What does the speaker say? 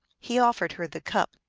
he offered her the cup.